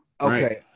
Okay